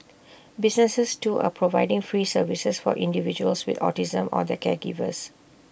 businesses too are providing free services for individuals with autism or their caregivers